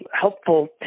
helpful